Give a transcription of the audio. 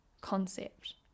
concept